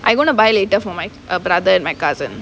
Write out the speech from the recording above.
I want to buy later for my brother and my cousin